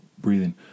breathing